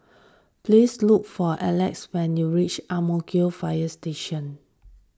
pease look for Elex when you reach Ang Mo Kio Fire Station